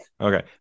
Okay